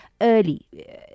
early